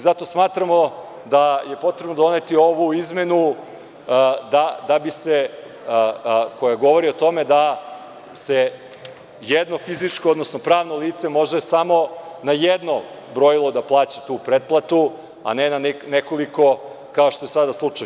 Zato smatramo da je potrebno doneti ovu izmenu koja govori o tome da se jedno fizičko, odnosno pravno lice može samo na jedno brojilo plaća tu pretplatu, a ne na nekoliko, kao što je do sada slučaj.